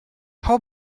how